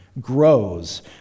grows